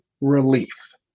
relief